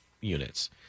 units